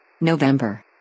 November